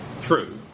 True